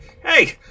hey